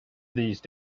these